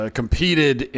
competed